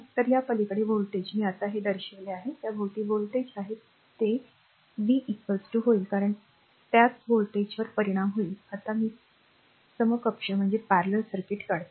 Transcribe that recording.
तर या पलीकडे व्होल्टेज मी आता हे दर्शविले आहे त्या भोवती व्होल्टेज आहे तो r v होईल कारण त्याच व्होल्टेजवर परिणाम होईल आता मी समकक्ष सर्किट काढतो